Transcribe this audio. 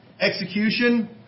execution